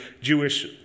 Jewish